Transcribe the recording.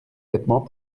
vêtements